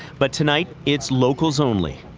but tonight it's locals only.